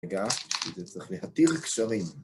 רגע, בשביל זה צריך להתיר קשרים.